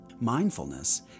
mindfulness